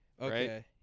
Okay